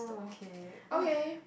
okay oh